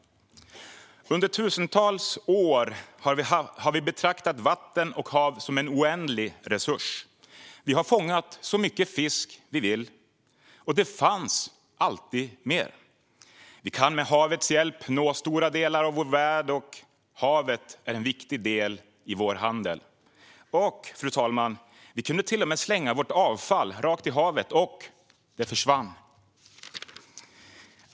Under tusentals år har vi betraktat vatten och hav som en oändlig resurs. Vi har fångat så mycket fisk vi vill, och det har alltid funnits mer. Vi kan med havets hjälp nå stora delar av vår värld. Havet är en viktig del i vår handel. Vi kunde till och med slänga vårt avfall rakt i havet, och det försvann.